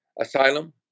asylum